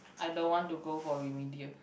I don't want to go for remedial